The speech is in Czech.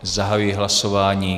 Zahajuji hlasování.